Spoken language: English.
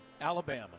Alabama